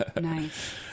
Nice